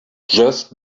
just